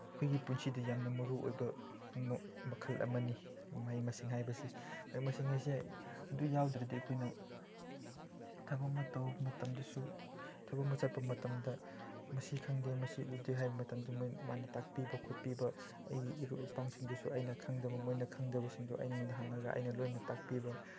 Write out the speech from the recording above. ꯑꯩꯈꯣꯏꯒꯤ ꯄꯨꯟꯁꯤꯗ ꯌꯥꯝꯅ ꯃꯔꯨꯑꯣꯏꯕ ꯃꯈꯜ ꯑꯃꯅꯤ ꯃꯍꯩ ꯃꯁꯤꯡ ꯍꯥꯏꯕꯁꯤ ꯃꯍꯩ ꯃꯁꯤꯡ ꯍꯥꯏꯁꯦ ꯑꯗꯨ ꯌꯥꯎꯗ꯭ꯔꯗꯤ ꯑꯩꯈꯣꯏꯅ ꯊꯕꯛ ꯑꯃ ꯇꯧꯕ ꯃꯇꯝꯗꯁꯨ ꯊꯕꯛ ꯑꯝ ꯆꯠꯄ ꯃꯇꯝꯗ ꯃꯁꯤ ꯈꯪꯗꯦ ꯃꯁꯤ ꯎꯗꯦ ꯍꯥꯏꯕ ꯃꯇꯝꯗ ꯃꯥꯅ ꯇꯥꯛꯄꯤꯕ ꯈꯣꯠꯄꯤꯕ ꯑꯩ ꯏꯔꯨꯞ ꯏꯄꯥꯡꯁꯤꯡꯗꯁꯨ ꯑꯩꯅ ꯈꯪꯗꯕ ꯃꯣꯏꯅ ꯈꯪꯗꯕꯁꯤꯡꯗꯣ ꯑꯩꯉꯣꯟꯗ ꯍꯪꯉꯒ ꯑꯩꯅ ꯂꯣꯏꯅ ꯇꯥꯛꯄꯤꯕ